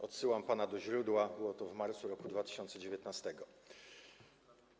Odsyłam pana do źródła: było to w marcu 2019 r.